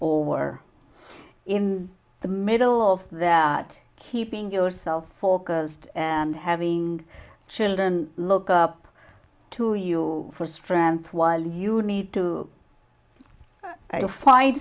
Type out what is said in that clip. or in the middle of that keeping yourself focused and having children look up to you for strength while you need to